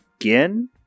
again